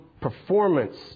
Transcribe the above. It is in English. performance